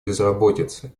безработицы